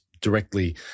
directly